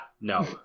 no